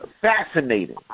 fascinating